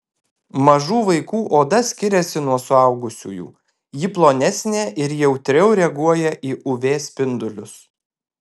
mažų vaikų oda skiriasi nuo suaugusiųjų ji plonesnė ir jautriau reaguoja į uv spindulius